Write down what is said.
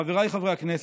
חבריי חברי הכנסת,